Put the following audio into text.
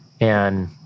And-